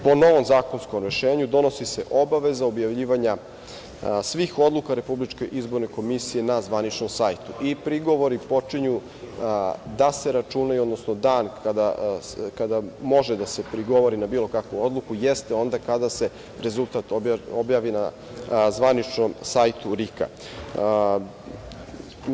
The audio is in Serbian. Po novom zakonskom rešenju, donosi se obaveza objavljivanja svih odluka RIK na zvaničnom sajtu i prigovori počinju da se računaju, odnosno dan kada može da se prigovori na bilo kakvu odluku, jeste onda kada se rezultat objavi na zvaničnom sajtu RIK-a.